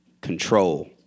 control